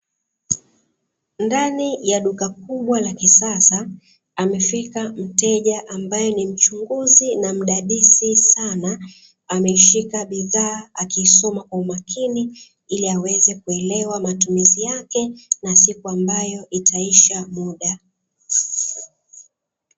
Ndani ya duka kubwa la kisasa, amefika mteja ambaye ni mchunguzi na mdadisi sana. Ameshika bidhaa akiisoma kwa umakini ili aweze kuelewa matumizi yake na siku ambayo itaisha muda.